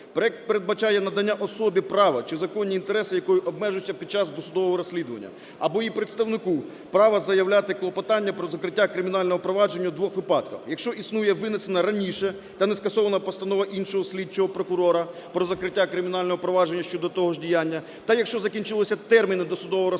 Проект передбачає надання особі права, чи законні інтереси якої обмежуються під час досудового розслідування або її представнику права заявляти клопотання про закриття кримінального провадження у двох випадках: якщо існує винесена раніше та не скасована постанова іншого слідчого прокурора про закриття кримінального провадження щодо того ж діяння та якщо закінчилися терміни досудового розслідування